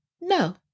no